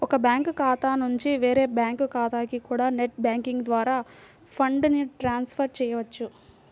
ఒక బ్యాంకు ఖాతా నుంచి వేరే బ్యాంకు ఖాతాకి కూడా నెట్ బ్యాంకింగ్ ద్వారా ఫండ్స్ ని ట్రాన్స్ ఫర్ చెయ్యొచ్చు